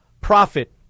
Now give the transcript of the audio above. profit